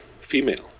female